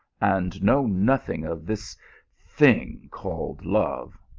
and know nothing of this thing called love.